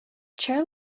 chair